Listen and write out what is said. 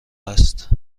است